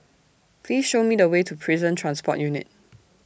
Please Show Me The Way to Prison Transport Unit